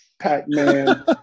Pac-Man